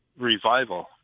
revival